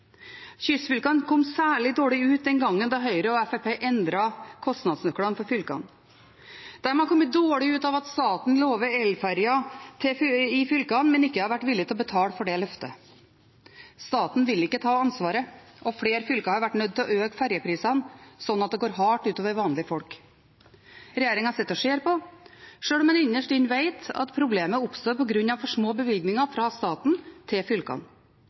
Kystfylkene kom særlig dårlig ut den gangen Høyre og Fremskrittspartiet endret kostnadsnøklene for fylkene. De har kommet dårlig ut av at staten har lovet elferjer i fylkene, men ikke vært villig til å betale for det løftet. Staten vil ikke ta ansvaret, og flere fylker har vært nødt til å øke ferjeprisene slik at det går hardt ut over vanlige folk. Regjeringen sitter og ser på, sjøl om de innerst inne vet at problemet oppstår på grunn av for små bevilgninger fra staten til fylkene.